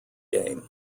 game